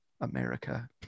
America